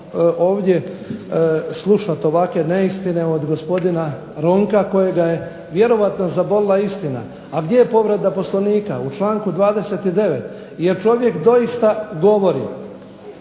ovdje slušati ovakve neistine od gospodina Ronka kojega je vjerojatno zabolila istina. A gdje je povreda Poslovnika? U članku 209. jer čovjek doista govori